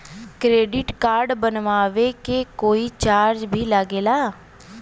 Credit card बनवावे के कोई चार्ज भी लागेला?